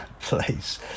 place